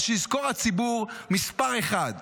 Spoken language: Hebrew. אז שיזכור הציבור מספר אחד: